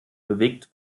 bewegt